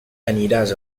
aniràs